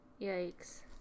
yikes